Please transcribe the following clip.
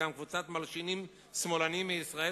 וגם קבוצת מלשינים שמאלנים מישראל,